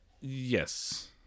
yes